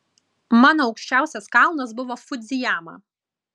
mano aukščiausias kalnas buvo fudzijama